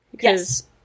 Yes